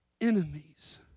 enemies